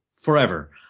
forever